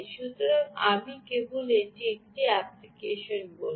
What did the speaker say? সুতরাং আমি কেবল এটি একটি অ্যাপ্লিকেশন বলব